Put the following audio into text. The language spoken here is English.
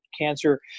cancer